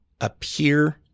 appear